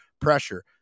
pressure